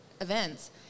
events